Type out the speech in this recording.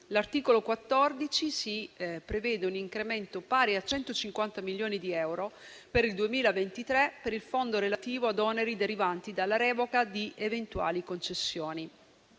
L'articolo 14 prevede un incremento pari a 150 milioni di euro per il 2023 per il fondo relativo ad oneri derivanti dalla revoca di eventuali concessioni.